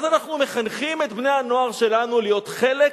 אז אנחנו מחנכים את בני-הנוער שלנו להיות חלק